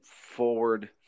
forward